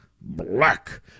black